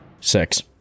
Six